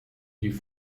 die